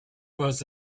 was